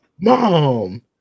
Mom